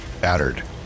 battered